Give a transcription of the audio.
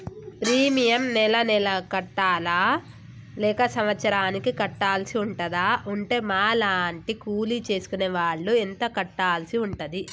Premium నెల నెలకు కట్టాలా లేక సంవత్సరానికి కట్టాల్సి ఉంటదా? ఉంటే మా లాంటి కూలి చేసుకునే వాళ్లు ఎంత కట్టాల్సి ఉంటది?